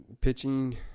pitching